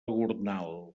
gornal